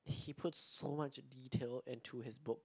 he puts so much detail into his book